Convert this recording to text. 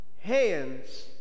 Hands